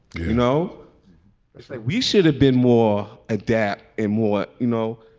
you know, it's like we should have been more adept and more, you know